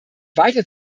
weiter